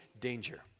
danger